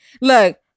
Look